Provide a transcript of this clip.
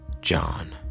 John